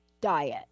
diet